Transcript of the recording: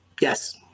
Yes